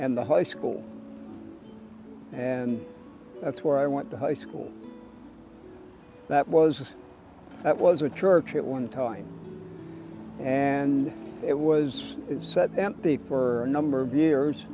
and the high school and that's where i went to high school that was that was a church at one time and it was set at the for a number of years